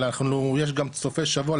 אבל יש גם סופי שבוע,